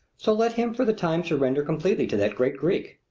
so let him for the time surrender completely to that great greek.